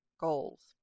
goals